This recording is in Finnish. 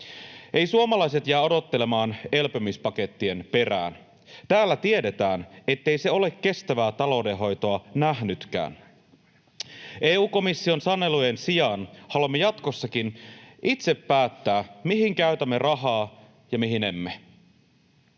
Eivät suomalaiset jää odottelemaan elpymispakettien perään. Täällä tiedetään, ettei se ole kestävää taloudenhoitoa nähnytkään. EU-komission sanelujen sijaan haluamme jatkossakin itse päättää, mihin käytämme rahaa ja mihin emme.